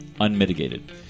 Unmitigated